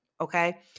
Okay